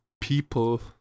people